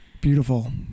Beautiful